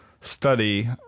study